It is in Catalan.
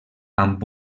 amb